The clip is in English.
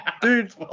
Dude